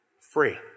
free